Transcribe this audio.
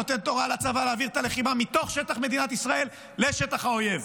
נותנת הוראה לצבא להעביר את הלחימה מתוך שטח מדינת ישראל לשטח האויב,